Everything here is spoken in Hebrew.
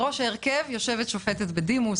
בראש ההרכב יושבת שופטת בדימוס,